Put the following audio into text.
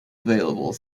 available